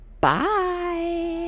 Bye